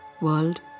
world